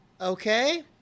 okay